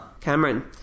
Cameron